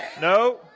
No